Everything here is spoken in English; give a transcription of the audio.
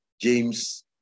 James